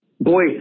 boy